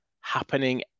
happening